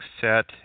set